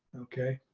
okay,